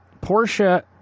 Porsche